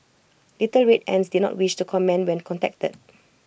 little red ants did not wish to comment when contacted